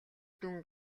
дүн